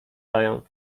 dają